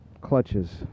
clutches